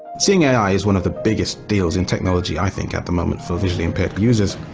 seeing ai is one of the biggest deals in technology i think at the moment for visually impaired users,